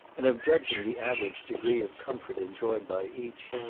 and of judging the average degree of comfort enjoyed by each.